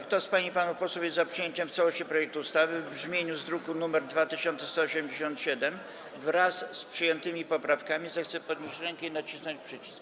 Kto z pań i panów posłów jest za przyjęciem w całości projektu ustawy w brzmieniu z druku nr 2187, wraz z przyjętymi poprawkami, zechce podnieść rękę i nacisnąć przycisk.